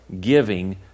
giving